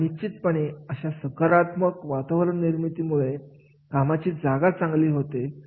आणि निश्चितपणे अशा सकारात्मक वातावरण निर्मितीमुळे कामाची जागा चांगली होते